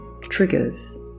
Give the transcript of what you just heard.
triggers